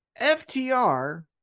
FTR